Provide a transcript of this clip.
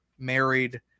married